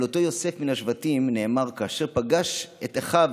על אותו יוסף מן השבטים נאמר, כאשר פגש את אחיו